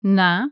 na